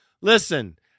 listen